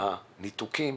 יש ניתוקים,